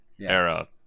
era